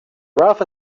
rough